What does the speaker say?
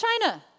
China